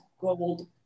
gold